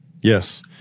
Yes